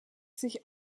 sich